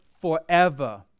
forever